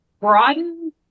broaden